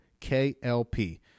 KLP